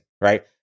right